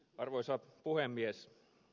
arvoisa puhemies